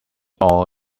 all